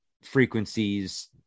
frequencies